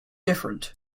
different